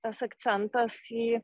tas akcentas į